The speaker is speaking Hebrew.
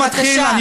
בבקשה.